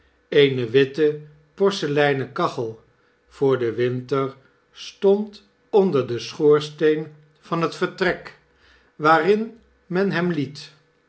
eene witte porseleinen kachel voor den winter stond onderdenschoorsteenvanhet vertrek waarin men hem liet